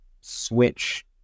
switch